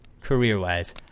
career-wise